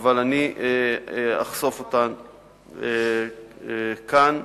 אבל אני אחשוף אותן כאן.